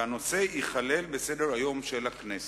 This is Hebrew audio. והנושא ייכלל בסדר-היום של הכנסת".